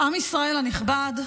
ישראל הנכבד,